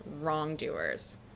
wrongdoers